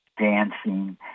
dancing